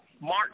March